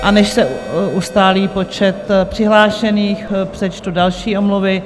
A než se ustálí počet přihlášených, přečtu další omluvy.